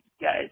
guys